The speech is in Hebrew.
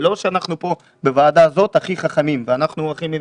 זה לא שאנחנו פה בוועדה הזאת הכי חכמים ואנחנו הכי מבינים,